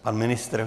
Pan ministr?